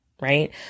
right